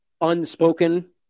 unspoken